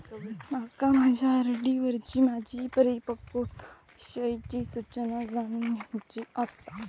माका माझ्या आर.डी वरची माझी परिपक्वता विषयची सूचना जाणून घेवुची आसा